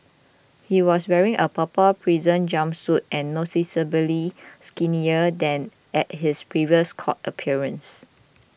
he was wearing a purple prison jumpsuit and noticeably skinnier than at his previous court appearance